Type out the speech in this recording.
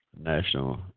National